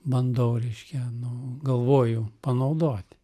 bandau reiškia nu galvoju panaudot